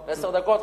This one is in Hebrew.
עשר דקות?